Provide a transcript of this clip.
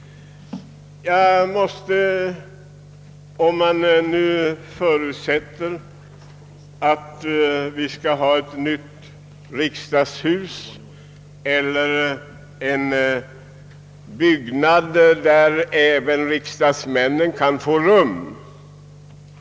Om vi nu skall ha ett nytt riksdagshus, bör även riksdagsmännen få rum där.